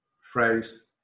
phrase